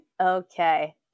Okay